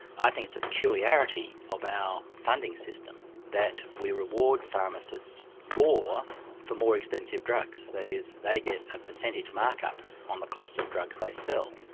i think it's a peculiarity of our funding system that we reward pharmacists more for more expensive drugs. that is, they get a percentage mark-up on the cost of drugs they sell.